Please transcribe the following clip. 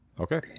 Okay